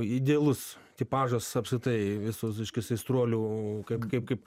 idealus tipažas apskritai visos reiškias aistruolių kad kaip kaip